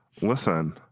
Listen